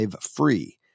free